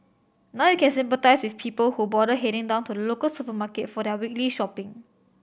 now you can sympathise with people who bother heading down to the local supermarket for their weekly shopping